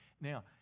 Now